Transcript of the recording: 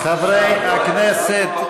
כל הכבוד.